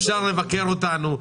אפשר לבקר אותנו,